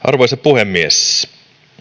arvoisa puhemies